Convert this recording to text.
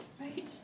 right